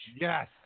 Yes